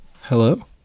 Hello